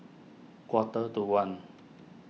quarter to one